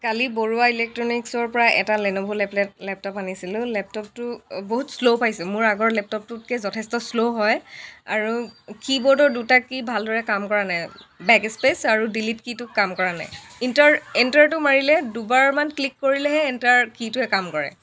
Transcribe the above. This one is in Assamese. কালি বৰুৱা ইলেক্ট্ৰনিক্চৰ পৰা এটা লেন'ভ' লেপলেপ লেপটপ আনিছিলোঁ লেপটপটো বহুত শ্ল' পাইছোঁ মোৰ আগৰ লেপটপটোতকৈ যথেষ্ট শ্ল' হয় আৰু কি বোৰ্ডৰ দুটা কি ভালদৰে কাম কৰা নাই বেক স্পেচ আৰু ডিলিট কিটো কাম কৰা নাই ইণ্টাৰ এণ্টাৰটো মাৰিলে দুবাৰমান ক্লিক কৰিলেহে এণ্টাৰ কিটোৱে কাম কৰে